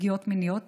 פגיעות מיניות